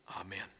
Amen